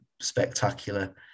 spectacular